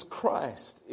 Christ